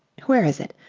where is it?